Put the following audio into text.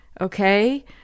okay